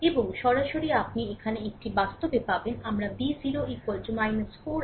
এবং সরাসরি আপনি এখানে একটি বাস্তবে পাবেন আমরা V0 4 i0 সম্পর্ক পেয়েছি